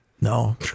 no